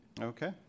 Okay